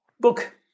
book